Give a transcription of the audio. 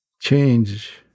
change